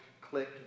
click